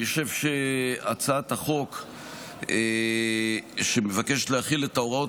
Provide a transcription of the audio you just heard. אני חושב שהצעת החוק שמבקשת להחיל את ההוראות